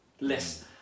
less